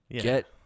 get